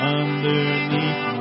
underneath